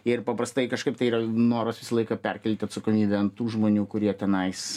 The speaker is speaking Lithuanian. ir paprastai kažkaip tai yra noras visą laiką perkelti atsakomybę ant tų žmonių kurie tenais